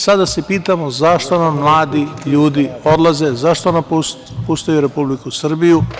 Sada se pitamo zašto nam mladi ljudi odlaze, zašto napuštaju Republiku Srbiju?